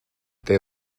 they